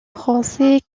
français